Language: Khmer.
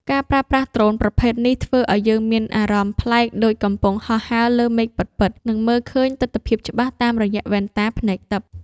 ការប្រើប្រាស់ដ្រូនប្រភេទនេះធ្វើឱ្យយើងមានអារម្មណ៍ប្លែកដូចកំពុងហោះហើរលើមេឃពិតៗ និង មើលឃើញទិដ្ឋភាពច្បាស់តាមរយៈវ៉ែនតាភ្នែកទិព្វ។